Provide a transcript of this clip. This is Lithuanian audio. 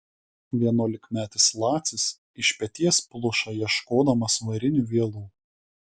vienuolikmetis lacis iš peties pluša ieškodamas varinių vielų